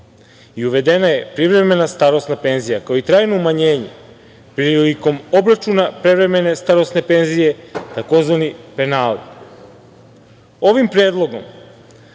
i uvedena je privremena starosna penzija, kao i trajno umanjenje prilikom obračuna prevremene starosne penzije tzv. penali. Ovim predlogom